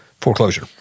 foreclosure